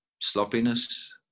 Sloppiness